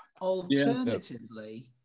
Alternatively